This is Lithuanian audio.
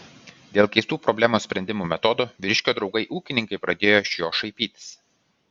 dėl keistų problemos sprendimo metodų vyriškio draugai ūkininkai pradėjo iš jo šaipytis